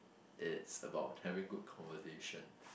it's about having good conversation